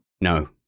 No